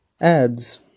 Ads